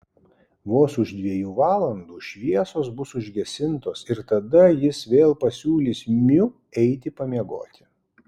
vos už dviejų valandų šviesos bus užgesintos ir tada jis vėl pasiūlys miu eiti pamiegoti